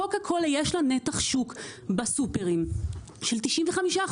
לקוקה קולה יש נתח שוק בסופרים של 95%,